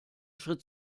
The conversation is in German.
schritt